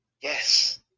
yes